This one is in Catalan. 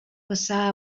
passar